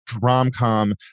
rom-com